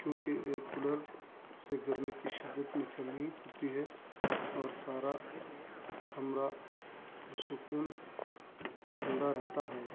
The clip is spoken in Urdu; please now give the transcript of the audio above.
کیونکہ ایئر کولر سے گرمی کی شدت میں کمی ہوتی ہے اور سارا کمرا پرسکون ٹھنڈا رہتا ہے